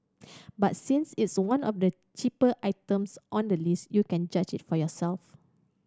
but since it's one of the cheaper items on the list you can judge it for yourself